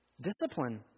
discipline